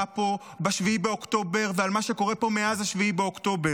פה ב-7 באוקטובר ולמה שקורה פה מאז 7 באוקטובר.